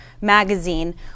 magazine